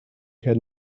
had